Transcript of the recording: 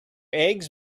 eggs